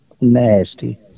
nasty